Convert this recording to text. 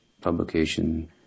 publication